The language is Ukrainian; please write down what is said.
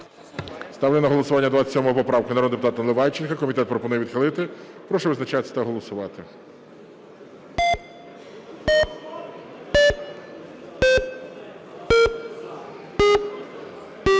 Ставлю на голосування 42 поправку народного депутата Наливайченка. Комітет пропонує відхилити. Прошу визначатись та голосувати.